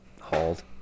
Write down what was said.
hauled